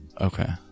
Okay